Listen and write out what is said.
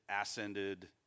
ascended